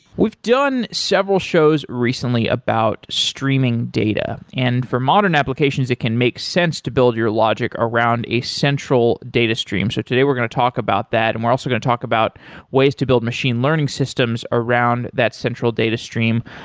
we've done several shows recently about streaming data. and for modern applications, it can make sense to build your logic around a central data stream. so today we're going to talk about that and we're also going to talk about ways to build machine learning systems around that central data stream.